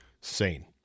sane